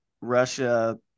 russia